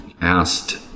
asked